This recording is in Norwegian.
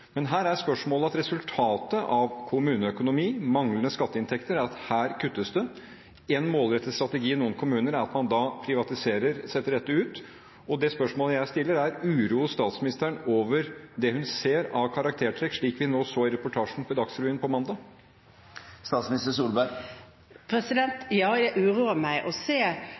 men resultatet av kommuneøkonomi, manglende skatteinntekter, er at det er her det kuttes. En målrettet strategi i noen kommuner er at man da privatiserer, setter dette ut. Spørsmålet jeg stiller, er: Uroes statsministeren over det hun ser av karaktertrekk, slik vi så i reportasjen i Dagsrevyen nå på mandag?